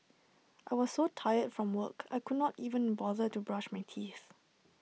I was so tired from work I could not even bother to brush my teeth